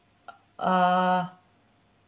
uh